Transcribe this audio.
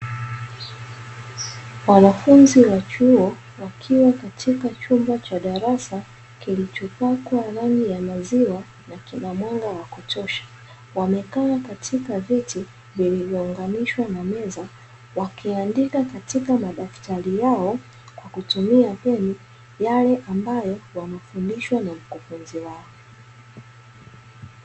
Wanafunzi wa chuo wakiwa katika chumba cha darasa, kilichopakwa rangi ya maziwa na kina mwanga wa kutosha. Wamekaa katika viti vilivyounganishwa na meza, wakiandika katika madaftari yao kwa kutumia peni, yale ambayo wanafundishwa na mkufunzi wao.